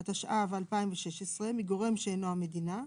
התשע"ו-2016 מגורם שאינו המדינה,